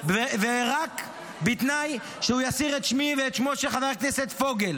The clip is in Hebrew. רק בתנאי שהוא יסיר את שמי ואת שמו של חבר הכנסת פוגל.